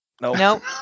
Nope